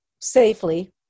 safely